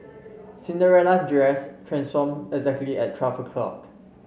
Cinderella dress transformed exactly at twelve o'clock